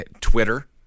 Twitter